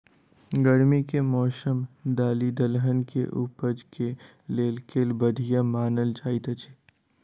गर्मी केँ मौसम दालि दलहन केँ उपज केँ लेल केल बढ़िया मानल जाइत अछि?